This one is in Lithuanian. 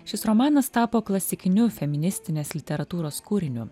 šis romanas tapo klasikiniu feministinės literatūros kūriniu